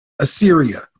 Assyria